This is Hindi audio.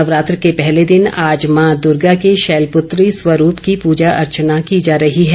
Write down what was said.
नवरात्र के पहले दिन आज मां दूर्गा के शैलपूत्री स्वरूप की पूजा अर्चना की जा रही है